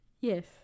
Yes